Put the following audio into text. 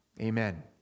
amen